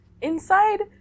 inside